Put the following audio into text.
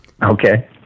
Okay